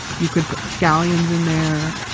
you could put scallions in there,